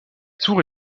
tour